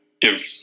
give